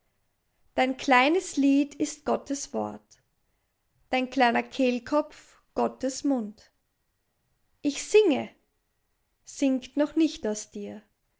dein kleines lied ist gotteswort dein kleiner kehlkopf gottes mund ich singe singt noch nicht aus dir